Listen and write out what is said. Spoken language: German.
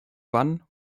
wann